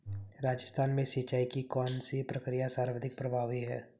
राजस्थान में सिंचाई की कौनसी प्रक्रिया सर्वाधिक प्रभावी है?